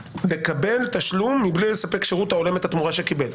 לקבל תשלום מבלי לספק שירות ההולם את התמורה שקיבל.